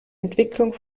entwicklung